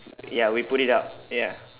ya we put it up ya